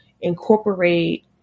incorporate